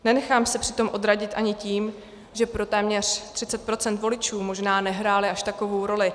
Nenechám se přitom odradit ani tím, že pro téměř 30 procent voličů možná nehrály až takovou roli.